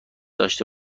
داشته